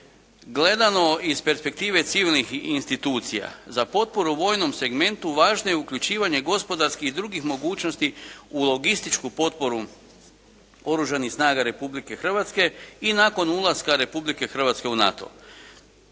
gledano iz perspektive civilnih institucija za potporu u vojnom segmentu važno je uključivanje gospodarskih i drugih mogućnosti u logističku potporu Oružanih snaga Republke Hrvatske i nakon ulaska Republke Hrvatske u NATO.